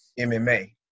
MMA